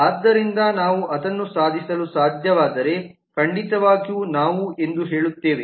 ಆದ್ದರಿಂದ ನಾವು ಅದನ್ನು ಸಾಧಿಸಲು ಸಾಧ್ಯವಾದರೆ ಖಂಡಿತವಾಗಿಯೂ ನಾವು ಎಂದು ಹೇಳುತ್ತೇವೆ